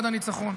עד הניצחון.